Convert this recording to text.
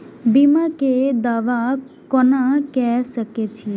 बीमा के दावा कोना के सके छिऐ?